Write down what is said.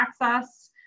access